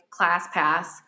ClassPass